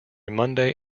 monday